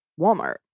Walmart